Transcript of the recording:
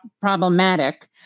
problematic